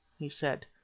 he said.